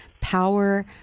power